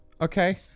okay